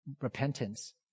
repentance